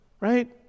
right